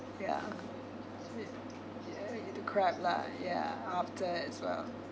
ya crab lah ya after as well